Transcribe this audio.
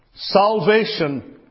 Salvation